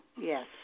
yes